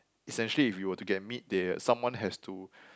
essentially if you were to get meat there someone has to